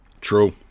True